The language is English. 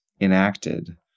enacted